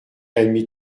admis